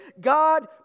God